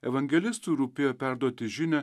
evangelistui rūpėjo perduoti žinią